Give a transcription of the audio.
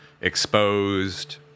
exposed